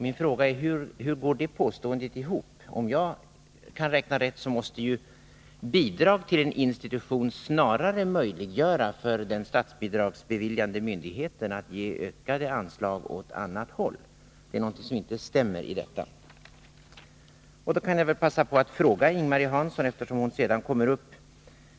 Min fråga är: Hur går det påståendet ihop? Om jag kan räkna rätt, måste ju bidrag från en donator till en institution snarare möjliggöra för den statsbidragsbeviljande myndigheten att ge ökade anslag åt annat håll. Det är någonting i detta påstående som inte stämmer. Jag vänder mig till Ing-Marie Hansson, eftersom hon senare kommer upp.